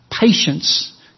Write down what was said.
patience